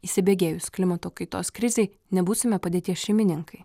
įsibėgėjus klimato kaitos krizei nebūsime padėties šeimininkai